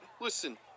Listen